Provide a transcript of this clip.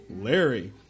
Larry